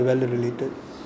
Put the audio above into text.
valid valid related